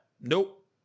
nope